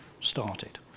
started